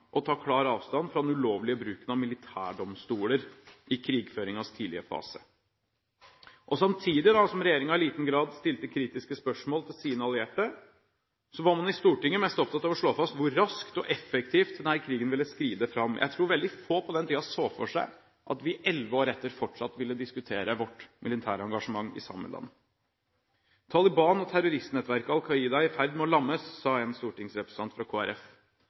å ta klar avstand fra den ulovlige bruken av militærdomstoler i krigføringens tidlige fase. Samtidig som regjeringen i liten grad stilte kritiske spørsmål til sine allierte, var man i Stortinget mest opptatt av å slå fast hvor raskt og effektivt denne krigen ville skride fram. Jeg tror veldig få på den tiden så for seg at vi elleve år etter fortsatt ville diskutere vårt militære engasjement i samme land. «Taliban og terroristnettverket al-Qaida er i ferd med å lammes», sa en stortingsrepresentant fra